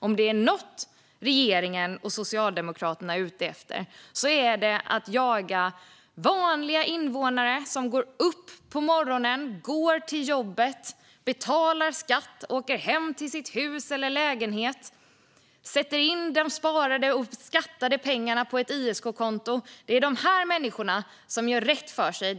Om det är något som regeringen och Socialdemokraterna är ute efter är det att jaga vanliga invånare som går upp på morgonen, går till jobbet, betalar skatt, åker hem till sitt hus eller sin lägenhet och sätter in sina sparade och skattade pengar på ett ISK-konto. Det är dessa människor som gör rätt för sig.